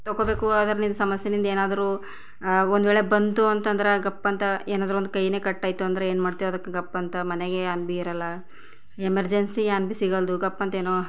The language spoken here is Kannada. ತಗೋಬೇಕು ಅದರಿಂದ ಸಮಸ್ಯೆಯಿಂದ ಏನಾದರೂ ಒಂದು ವೇಳೆ ಬಂತು ಅಂತಂದ್ರೆ ಗಪ್ ಅಂತ ಏನಾದರೂ ಒಂದು ಕೈಯ್ಯೇ ಕಟ್ ಆಯಿತು ಅಂದರೆ ಏನು ಮಾಡ್ತೇವೆ ಅದಕ್ಕೆ ಗಪ್ ಅಂತ ಮನೆಗೆ ಅಂದ್ ಭೀ ಇರಲ್ಲ ಎಮರ್ಜೆನ್ಸಿ ಅಂದ್ ಭೀ ಸಿಗಲ್ದು ಗಪ್ ಅಂತೀ ಏನೊ